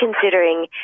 considering